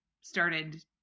started